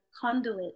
conduit